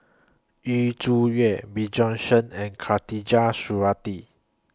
Yu Zhuye Bjorn Shen and Khatijah Surattee